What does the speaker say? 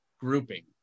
grouping